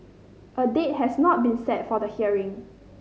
a date has not been set for the hearing